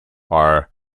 are